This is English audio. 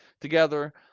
together